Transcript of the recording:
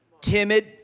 timid